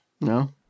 No